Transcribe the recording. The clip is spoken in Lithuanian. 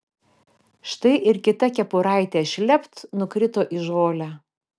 štai ir kita kepuraitė šlept nukrito į žolę